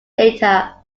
data